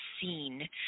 seen